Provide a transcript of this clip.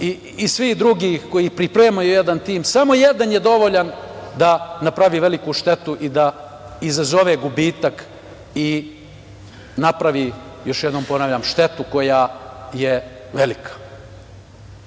i svih drugih koji pripremaju jedan tim, samo jedan je dovoljan da napravi veliku štetu i da izazove gubitak i napravi, još jednom ponavljam štetu koja je velika. Kraj